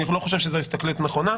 אני לא חושב שזה ההסתכלות הנכונה.